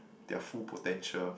their full potential